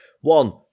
one